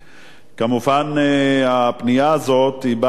כמובן, הפנייה הזאת, היא באה,